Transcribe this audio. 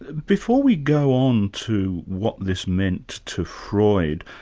before we go on to what this meant to freud,